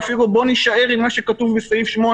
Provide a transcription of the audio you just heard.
ואפילו בואו נישאר עם מה שכתוב בסעיף 8,